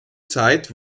zeit